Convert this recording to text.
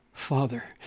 father